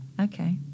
Okay